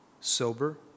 sober